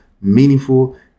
meaningful